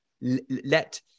let